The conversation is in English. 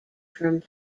from